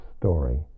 story